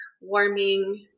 warming